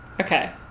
Okay